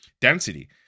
density